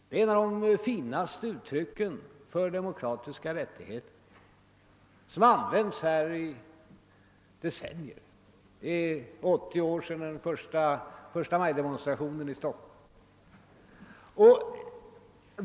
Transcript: Den är en av de finaste uttrycken för de demokratiska rättigheterna och har använts här i decennier. Det är 80 år sedan den första förstamajdemonstationen i Stockholm.